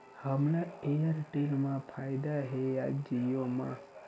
हमला एयरटेल मा फ़ायदा हे या जिओ मा?